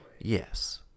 Yes